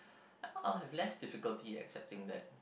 oh less difficulty accepting that